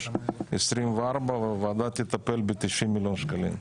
23'-24' והוועדה תטפל ב-90 מיליון שקלים.